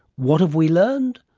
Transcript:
what have we learned?